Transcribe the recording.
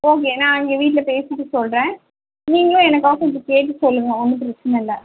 okay நான் இங்கே வீட்டில் பேசிவிட்டு சொல்கிறேன் நீங்களும் எனக்காக கொஞ்சம் கேட்டுவிட்டு சொல்லுங்க ஒன்றும் பிரச்சினை இல்லை